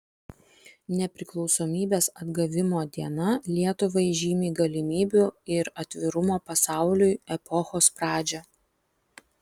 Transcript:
nepriklausomybės atgavimo diena lietuvai žymi galimybių ir atvirumo pasauliui epochos pradžią